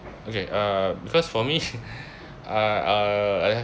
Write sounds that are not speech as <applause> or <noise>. okay uh because for me <laughs> uh uh I h~